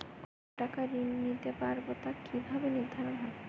কতো টাকা ঋণ নিতে পারবো তা কি ভাবে নির্ধারণ হয়?